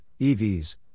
EVs